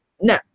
no